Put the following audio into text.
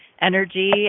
energy